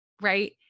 right